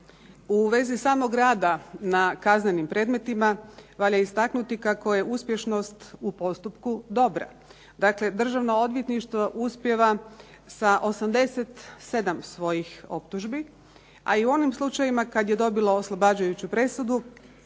U vezi samog rada na kaznenim predmetima valja istaknuti kako je uspješnost u postupku dobra. Dakle, Državno odvjetništvo uspijeva sa 87 svojih optužbi, a i u onim slučajevima kad je dobilo oslobađajuću presudu